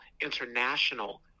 international